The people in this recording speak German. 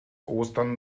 ostern